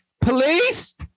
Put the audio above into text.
police